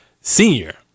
senior